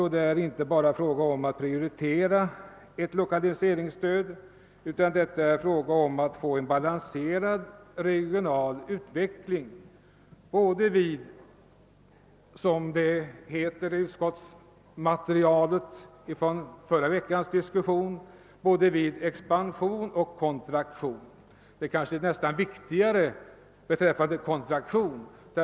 Det gäller inte bara att prioritera ett lokaliseringsstöd, utan det gäller att få en balanserad regional utveckling både vid — som det hette i utskottsmaterialet till förra veckans diskussion — expansion och vid kontraktion. Det är kanske nästan ännu viktigare vid kontraktion.